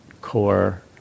core